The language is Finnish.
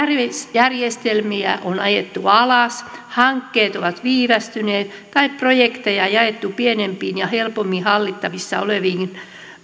järjestelmiä on ajettu alas hankkeet ovat viivästyneet tai projekteja jaettu pienempiin ja helpommin hallittavissa oleviin